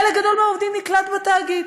חלק גדול מהעובדים נקלט בתאגיד.